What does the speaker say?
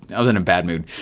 i was in a bad mood.